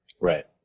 Right